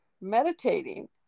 meditating